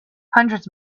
hundreds